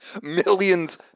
millions